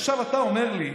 עכשיו, אתה אומר לי,